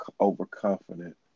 overconfident